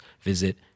visit